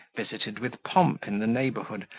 visited with pomp in the neighbourhood,